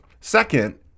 Second